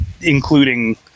including